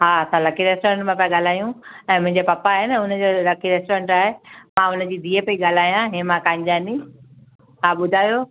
हा त lucky restaurant मां था ॻाल्हायूं ऐं मुंहिंजे पप्पा आहे न उनजो लक्की रेस्टोरंट आहे मां उनजी धीअ पई ॻाल्हायां हेमां कानजानी हा ॿुधायो